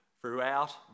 throughout